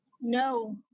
No